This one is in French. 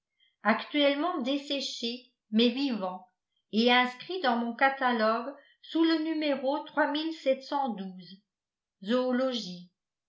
actuellement desséché mais vivant et inscrit dans mon catalogue sous le